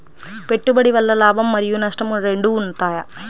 పెట్టుబడి వల్ల లాభం మరియు నష్టం రెండు ఉంటాయా?